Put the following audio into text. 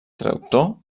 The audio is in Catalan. traductor